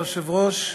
אדוני היושב-ראש,